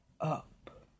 up